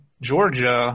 Georgia –